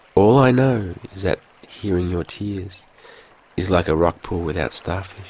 all i know is that hearing your tears is like a rock pool without starfish